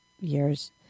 years